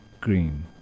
green